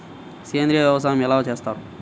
సేంద్రీయ వ్యవసాయం ఎలా చేస్తారు?